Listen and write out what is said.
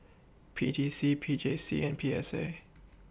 P T C P J C and P S A